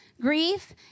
Grief